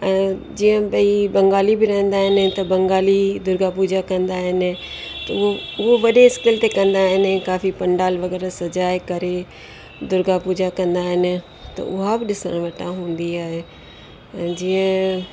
ऐं जीअं भई बंगाली बि रहंदा आहिनि त बंगाली दुर्गा पूॼा कंदा आहिनि उहो वॾे स्केल ते कंदा आहिनि काफ़ी पंडाल वगग़ैरह सॼाए करे दुर्गा पूॼा कंदा आहिनि त उहा बि ॾिणु वटां हूंदी आहे जीअं